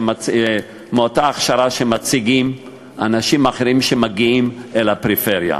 מההכשרה שמציגים אנשים אחרים שמגיעים אל הפריפריה,